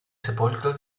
sepolcro